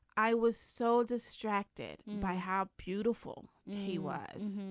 i was so distracted by how beautiful he was.